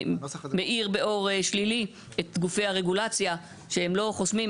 מאיר באור שלילי את גופי הרגולציה שהם לא חוסמים,